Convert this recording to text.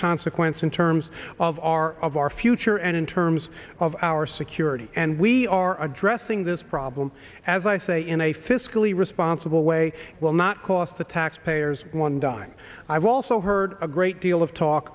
consequence in terms of our of our future and in terms of our security and we are addressing this problem as i say in a fiscally responsible way it will not cost the taxpayers one dime i've also heard a great deal of talk